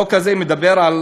החוק הזה אומר שבבנייה